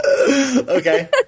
okay